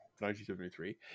1973